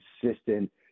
consistent